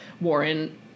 Warren